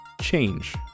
Change